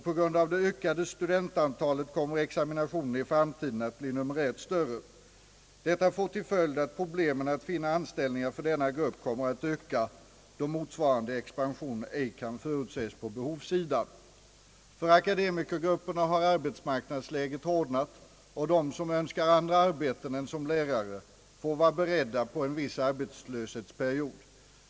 På grund av det ökade studentantalet kommer examinationen i framtiden att bli numerärt större. Detta får till följd att problemen att finna anställningar för denna grupp kommer att öka, då motsvarande expansion ej kan förutses på behovssidan. För akademikergrupperna har arbetsmarknadsläget hårdnat, och de som önskar andra arbeten än som lärare får vara beredda på en viss arbetslöshetsperiod.